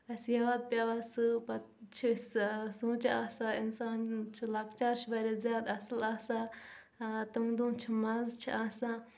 اسہِ یاد پیٚوان سُہ پتہٕ چھُ سُہ أسۍ سوٚنٛچان آسان اِنسان چھُ لۄکچار چھُ واریاہ زیادٕ اصٕل آسان تِمن دۄہن مزٕ چھِ آسان